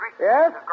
Yes